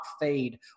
fade